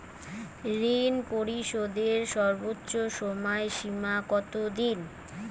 ঋণ পরিশোধের সর্বোচ্চ সময় সীমা কত দিন?